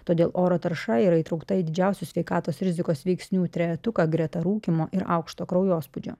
todėl oro tarša yra įtraukta į didžiausių sveikatos rizikos veiksnių trejetuką greta rūkymo ir aukšto kraujospūdžio